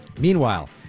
Meanwhile